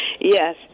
Yes